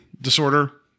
disorder